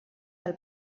del